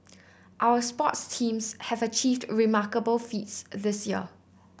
our sports teams have achieved remarkable feats this year